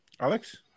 Alex